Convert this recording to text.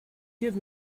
give